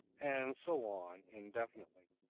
and so on indefinitely.